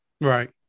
Right